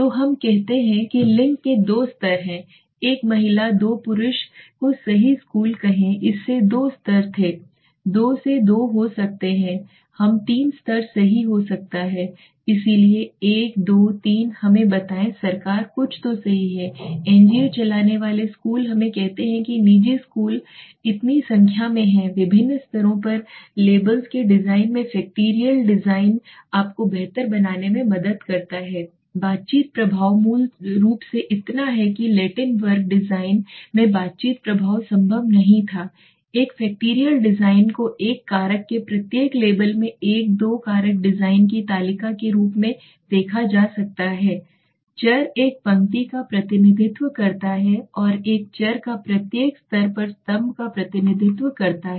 तो हम कहते हैं कि लिंग के दो स्तर हैं एक महिला दो पुरुष को सही स्कूल कहें इसके दो स्तर थे 2 से 2 हो सकते हैं यह तीन स्तर सही हो सकता है इसलिए एक दो तीन हमें बताएं सरकार कुछ तो ठीक है एनजीओ चलाने वाले स्कूल हमें कहते हैं कि निजी स्कूल इतनी संख्या में हैं विभिन्न स्तरों पर लेबल्स के डिजाइन में फैक्टरियल डिज़ाइन आपको बेहतर बनाने में मदद करता है बातचीत प्रभाव मूल रूप से इतना है कि लैटिन वर्ग डिजाइन में बातचीत प्रभाव संभव नहीं था एक फैक्टरियल डिज़ाइन को एक कारक के प्रत्येक लेबल में एक दो कारक डिज़ाइन की तालिका के रूप में देखा जा सकता है चर एक पंक्ति का प्रतिनिधित्व करता है और एक चर का प्रत्येक स्तर एक स्तंभ का प्रतिनिधित्व करता है